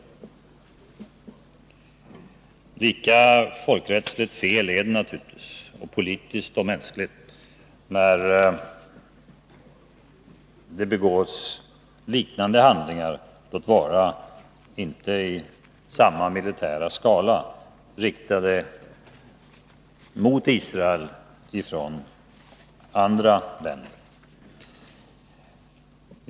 Lika fel är det naturligtvis ur folkrättslig synpunkt, och även politiskt och mänskligt, när liknande handlingar riktade mot Israel begås av andra länder — låt vara att de inte sker i samma militära skala.